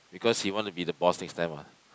because he want to be the boss next time what